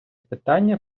питання